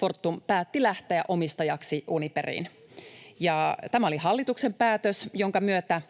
Fortum päätti lähteä omistajaksi Uniperiin, ja tämä oli hallituksen päätös, jonka myötä